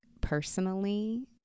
personally